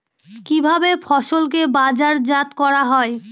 কিভাবে ফসলকে বাজারজাত করা হয়?